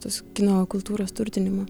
tos kino kultūros turtinimo